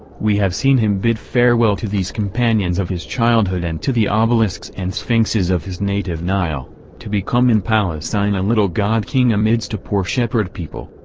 we have seen him bid farewell to these companions of his childhood and to the um obelisks and sphinxes of his native nile, to become in palestine a little god-king amidst a poor shepherd people,